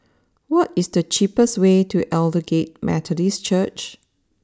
what is the cheapest way to Aldersgate Methodist Church